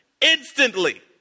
Instantly